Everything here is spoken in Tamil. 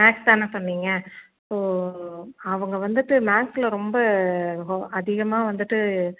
மேக்ஸ் தானே சொன்னீங்கள் இப்போது அவங்க வந்துட்டு மேக்ஸில் ரொம்ப அதிகமாக வந்துட்டு